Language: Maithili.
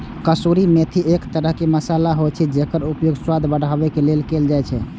कसूरी मेथी एक तरह मसाला होइ छै, जेकर उपयोग स्वाद बढ़ाबै लेल कैल जाइ छै